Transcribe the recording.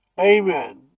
Amen